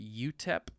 UTEP